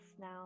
now